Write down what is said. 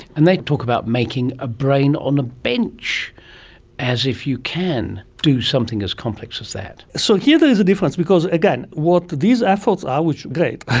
and they talk about making a brain on a bench as if you can do something as complex as that. so here there is a difference because, again, what these efforts are, which are great,